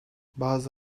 bazı